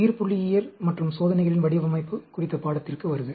உயிர்புள்ளியியல் மற்றும் சோதனைகளின் வடிவமைப்பு குறித்த பாடத்திற்கு வருக